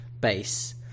base